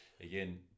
again